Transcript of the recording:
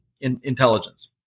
intelligence